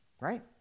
Right